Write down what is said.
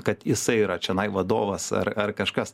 kad jisai yra čionai vadovas ar ar kažkas